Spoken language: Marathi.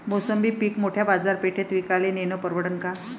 मोसंबी पीक मोठ्या बाजारपेठेत विकाले नेनं परवडन का?